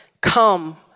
Come